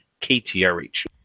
KTRH